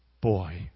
boy